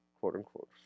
quote-unquote